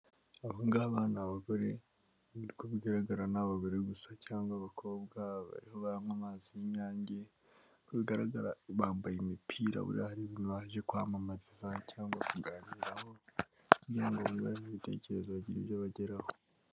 Aba ngaba ni abagore, nk'uko bigaragara ni abagore gusa cyangwa abakobwa, barimo baranywa amazi y'inyange, uko bigaragara bambaye imipira buriya hari ibintu baje kwamamariza cyangwa kuganiraho, kugira ngo bungurane ibitekerezo bagire ibyo bageraho.